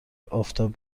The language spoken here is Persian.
آفتاب